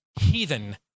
heathen